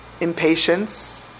impatience